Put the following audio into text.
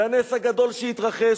לנס הגדול שהתרחש.